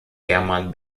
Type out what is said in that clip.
german